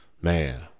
Man